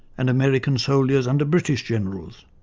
and american soldiers under british generals.